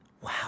Wow